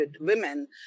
women